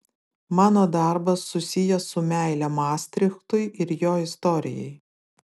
mano darbas susijęs su meile mastrichtui ir jo istorijai